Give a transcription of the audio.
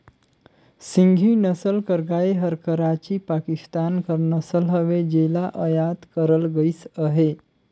सिंघी नसल कर गाय हर कराची, पाकिस्तान कर नसल हवे जेला अयात करल गइस अहे